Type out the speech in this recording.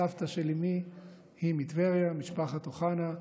הסבתא של אימי היא מטבריה, משפחת אוחנה,